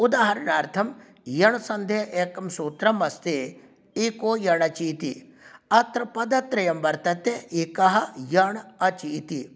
उदाहरणार्थं यण् सन्धेः एकं सूत्रं अस्ति इको यणचि इति अत्र पदत्रयं वर्तते इकः यण् अच् इति